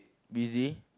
busy